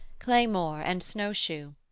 claymore and snowshoe,